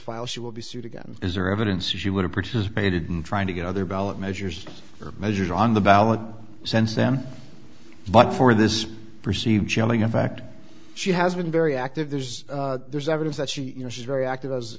file she will be sued again is there evidence you want to participate in trying to get other ballot measures or measures on the ballot since then but for this perceived chilling effect she has been very active there's there's evidence that she you know she's very active as